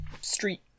street